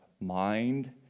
mind